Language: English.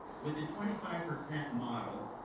with the twenty five percent model,